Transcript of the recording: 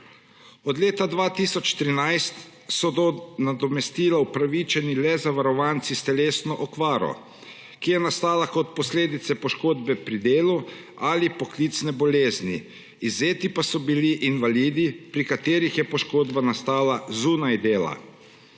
Od leta 2013 so do nadomestila upravičeni le zavarovanci s telesno okvaro, ki je nastala kot posledica poškodbe pri delu ali poklicne bolezni, izvzeti pa so bili invalidi, pri katerih je poškodba nastala zunaj dela.